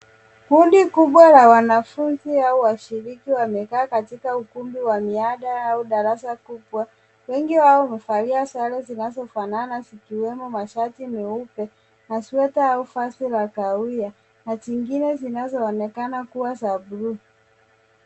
Kundi kubwa la wanafunzi au washiriki wamekaa katika ukumbi wa mihada au darasa kubwa. Wengi wao wamevalia sare zinazofanana, zikiwemo mashati meupe, na sweta au vazi la kahawia na zingine zinazoonekana kuwa za buluu.